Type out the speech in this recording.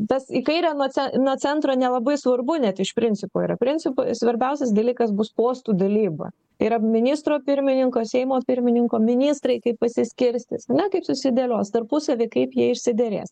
tas į kairę nuo nuo centro nelabai svarbu net iš principo yra principu svarbiausias dalykas bus postų dalyba yra ministro pirmininko seimo pirmininko ministrai kaip pasiskirstys ane kaip susidėlios tarpusavy kaip jie išsiderės